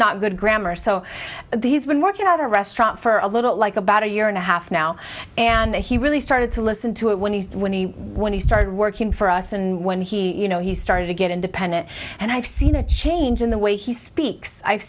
not good grammar so these when working at a restaurant for a little like about a year and a half now and he really started to listen to it when he when he when he started working for us and when he you know he started to get independent and i've seen a change in the way he speaks i've